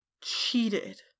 cheated